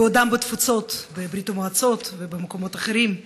בעודם בתפוצות, בברית המועצות ובמקומות אחרים,